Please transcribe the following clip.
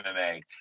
mma